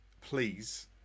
Please